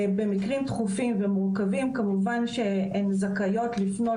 במקרים דחופים ומורכבים כמובן שהן זכאיות לפנות